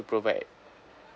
provide